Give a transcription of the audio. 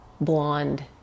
blonde